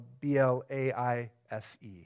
B-L-A-I-S-E